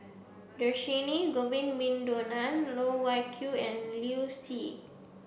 Dhershini Govin Winodan Loh Wai Kiew and Liu Si